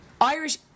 Irish